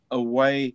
away